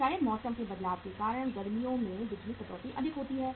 शायद मौसम के बदलाव के कारण गर्मियों में बिजली कटौती अधिक होती है